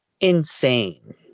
insane